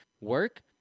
work